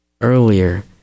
earlier